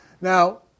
Now